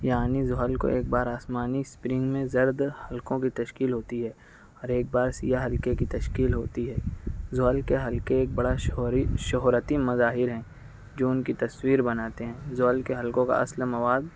یعنی زحل کو ایک بار آسمانی اسپرنگ میں زرد حلقوں کی تشکیل ہوتی ہے اور ایک بار سیاہ حلقے کی تشکیل ہوتی ہے زحل کے حلقے ایک بڑا شہر شہرتی مظاہر ہیں جو ان کی تصویر بناتے ہیں زحل کے حلقوں کا اصل مواد